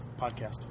podcast